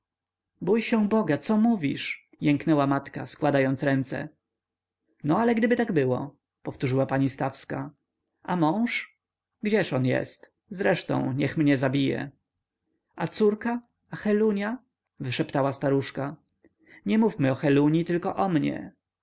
bój się boga co mówisz jęknęła matka składając ręce no ale gdyby tak było powtórzyła pani stawska a mąż gdzież on jest zresztą niech mnie zabije a córka a helunia wyszeptała staruszka nie mówmy o heluni tylko o mnie